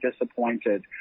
disappointed